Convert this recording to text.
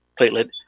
platelet